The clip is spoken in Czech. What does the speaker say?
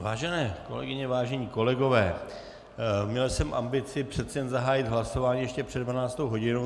Vážené kolegyně, vážení kolegové, měl jsem ambici přeci jen zahájit hlasování ještě před dvanáctou hodinou.